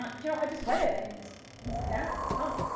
you know i just wet it and it's down, it's gone.